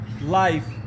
life